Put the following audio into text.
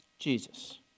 Jesus